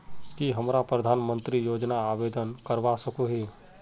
की हमरा प्रधानमंत्री योजना आवेदन करवा सकोही?